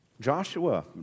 Joshua